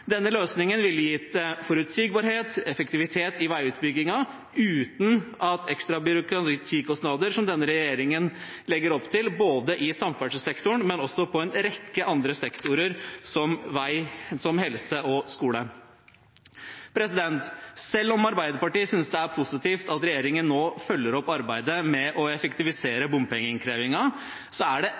Denne løsningen ville gitt forutsigbarhet og effektivitet i veiutbyggingen uten ekstra byråkratikostnader, som denne regjeringen legger opp til i samferdselssektoren, men også på en rekke andre sektorer, som helse og skole. Selv om Arbeiderpartiet synes det er positivt at regjeringen nå følger opp arbeidet med å effektivisere bompengeinnkrevingen, er det